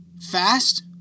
fast